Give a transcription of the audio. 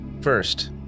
First